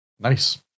Nice